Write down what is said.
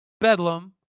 bedlam